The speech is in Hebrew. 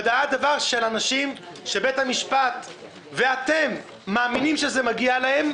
בידיעת הדבר של אנשים שבית-המשפט ואתם מאמינים שזה מגיע להם,